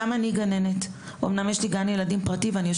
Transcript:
אם אני כגננת ואני לא מדברת על עצמי באופן אישי,